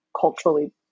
culturally